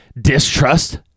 distrust